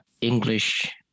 english